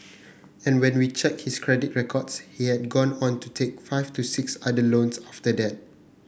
and when we checked his credit records he had gone on to take five to six other loans after that